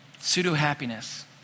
Pseudo-happiness